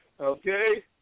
okay